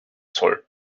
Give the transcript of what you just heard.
soll